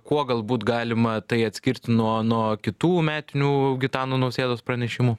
kuo galbūt galima tai atskirti nuo nuo kitų metinių gitano nausėdos pranešimų